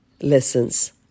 lessons